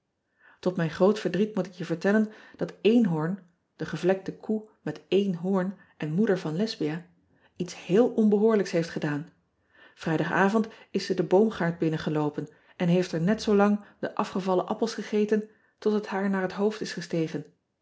ot mijn groot verdriet moet ik je vertellen dat enhoorn de gevlekte koe met één hoorn en moeder van esbia iets heel onbehoorlijks heeft gedaan rijdagavond is ze den boomgaard binnengeloopen en heeft er net zoolang de afgevallen appels gegeten tot het haar naar het hoofd is gestegen